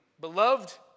beloved